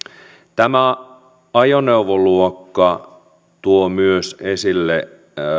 tämä ajoneuvoluokka tuo myös esille